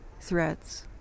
threats